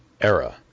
era